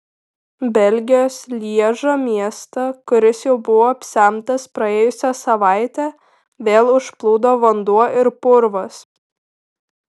belgijos lježo miestą kuris jau buvo apsemtas praėjusią savaitę vėl užplūdo vanduo ir purvas